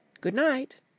Good-night